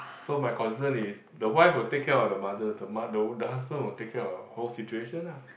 so my concern is the wife will take care of the mother the mo~ the hu~ the husband will take care of whole situation ah